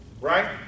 Right